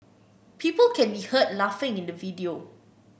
people can be heard laughing in the video